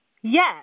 Yes